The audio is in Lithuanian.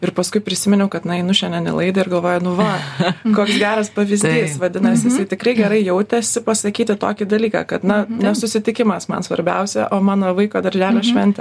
ir paskui prisiminiau kad na einu šiandien į laidą ir galvoju nu va koks geras pavyzdys vadinasi jisai tikrai gerai jautėsi pasakyti tokį dalyką kad na ne susitikimas man svarbiausia o mano vaiko darželio šventė